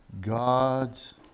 God's